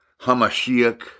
Hamashiach